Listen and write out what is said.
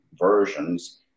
versions